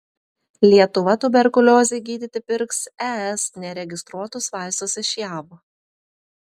lietuva tuberkuliozei gydyti pirks es neregistruotus vaistus iš jav